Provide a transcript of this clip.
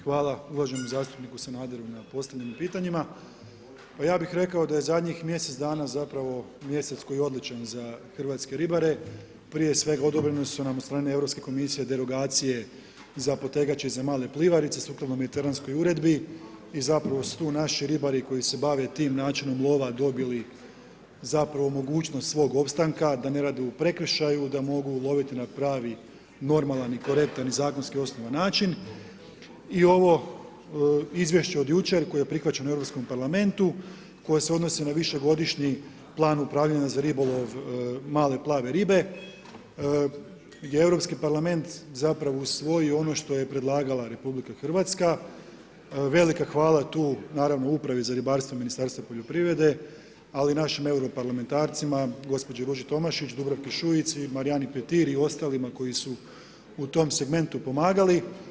Hvala uvaženom zastupniku Sanaderu na postavljenim pitanjima, pa ja bih rekao da je zadnjih mjesec dana zapravo mjesec koji je odličan za hrvatske ribare, prije svega odobrena su nam od strane Europske komisije derogacije za potegače za male plivarice sukladno Mediteranskoj uredbi i zapravo su tu naši ribari koji se bave tim načinom lova dobili zapravo mogućnost svog opstanka da ne rade u prekršaju, da mogu uloviti na pravi normalan i korektan i zakonski osnovan način i ovo izvješće od jučer koje je prihvaćeno u Europskom parlamentu koje se odnosi na višegodišnji plan upravljanja za ribolov male plave ribe gdje Europski parlament zapravo usvojio ono što je predlagala RH, velike hvala tu naravno Upravi za ribarstvo Ministarstva poljoprivrede, ali i našim europarlamentarcima gospođi Ruži Tomašić, Dubravki Šuici, Marijani Petri i ostalima koji su u tom segmentu pomagali.